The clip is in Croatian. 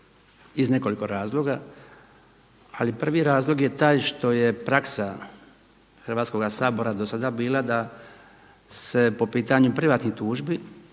iz nekoliko razloga. Ali prvi razlog je taj što je praksa Hrvatskoga sabora do sada bila da se po pitanju privatnih tužbi